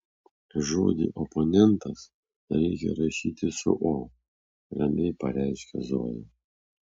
žodį oponentas reikia rašyti su o ramiai pareiškė zoja